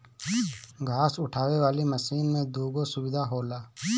घास उठावे वाली मशीन में दूगो सुविधा होला